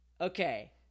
Okay